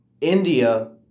India